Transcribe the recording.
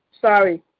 Sorry